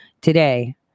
today